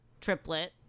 triplet